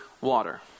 water